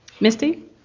Misty